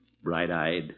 Bright-eyed